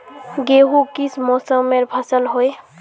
गेहूँ किस मौसमेर फसल होय?